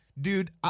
dude